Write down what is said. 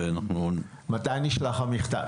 מתי נשלח המכתב?